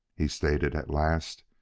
he stated at last.